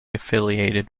affiliated